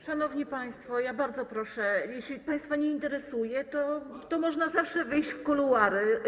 Szanowni państwo, bardzo proszę, jeśli państwa to nie interesuje, to można zawsze wyjść w kuluary.